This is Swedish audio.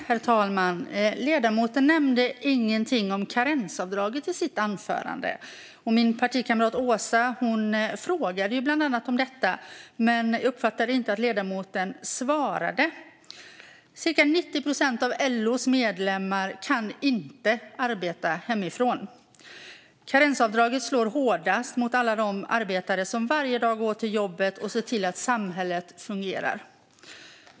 Herr talman! Ledamoten nämnde ingenting om karensavdraget i sitt anförande. Min partikamrat Åsa frågade bland annat om detta, men jag uppfattade inte att ledamoten svarade. Cirka 90 procent av LO:s medlemmar kan inte arbeta hemifrån. Karensavdraget slår hårdast mot alla de arbetare som varje dag går till jobbet och ser till att samhället fungerar.